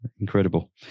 Incredible